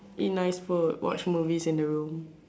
eat nice food watch movies in the room